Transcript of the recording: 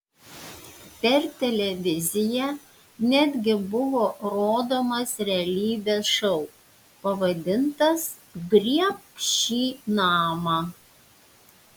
per televiziją netgi buvo rodomas realybės šou pavadintas griebk šį namą